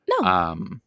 No